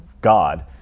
God